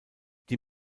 die